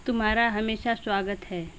तुम्हारा हमेशा स्वागत है